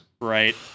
Right